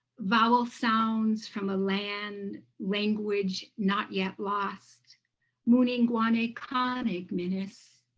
vowel sounds from a land language not yet lost mooningwanekaaning-minis.